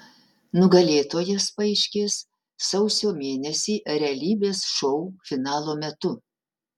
nugalėtojas paaiškės sausio mėnesį realybės šou finalo metu